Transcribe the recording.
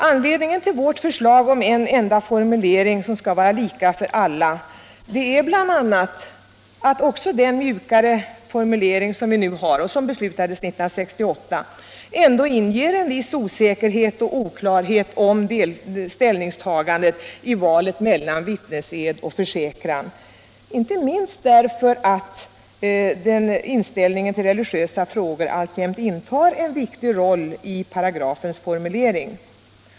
Anledningen till vårt förslag om en enda formulering som skall vara lika för alla är bl.a. att också den mjukare formulering som vi nu har och som beslutades 1968 ändå skapar en viss osäkerhet och oklarhet om ställningstagandet i valet mellan vittnesed och försäkran, inte minst därför att inställningen till religiösa frågor alltjämt intar en viktig position i paragrafens formulering.